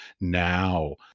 now